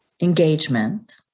engagement